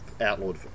outlawed